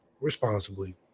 responsibly